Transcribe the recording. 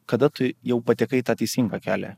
kada tu jau patekai į tą teisingą kelią